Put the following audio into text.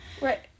Right